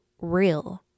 real